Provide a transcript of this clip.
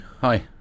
Hi